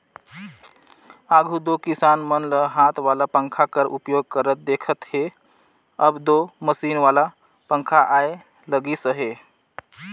आघु दो किसान मन ल हाथ वाला पंखा कर उपयोग करत देखथे, अब दो मसीन वाला पखा आए लगिस अहे